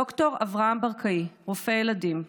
ד"ר אברהם ברקאי, רופא ילדים,